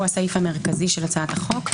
הסעיף המרכזי של הצעת החוק.